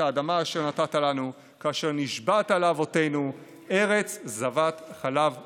האדמה אשר נתת לנו כאשר נשבעת לאבתינו ארץ זבת חלב ודבש".